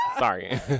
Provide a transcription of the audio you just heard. Sorry